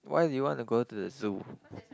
why do you want to go to the zoo